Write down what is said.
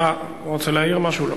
אתה רוצה להעיר משהו?